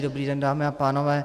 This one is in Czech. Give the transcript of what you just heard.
Dobrý den, dámy a pánové.